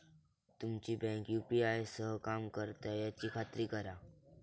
तुमची bank UPI सह काम करता याची खात्री करा